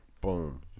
Boom